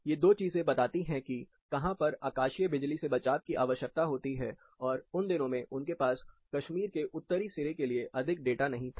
ये दो चीजेंबताती हैं कि कहां पर आकाशीय बिजली से बचाव की आवश्यकता होती है और उन दिनों में उनके पास कश्मीर के उत्तरी सिरे के लिए अधिक डेटा नहीं था